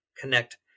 connect